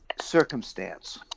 circumstance